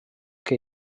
que